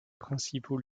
principaux